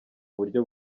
buryo